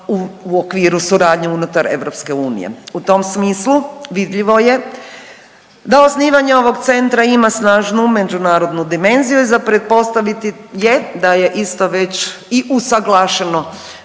u okviru suradnje unutar EU. U tom smislu vidljivo je da osnivanje ovog Centra ima snažnu međunarodnu dimenziju i za pretpostaviti je da je isto već i usaglašeno